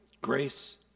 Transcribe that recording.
Grace